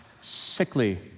sickly